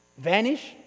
vanish